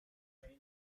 york